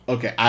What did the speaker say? Okay